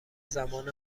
زمان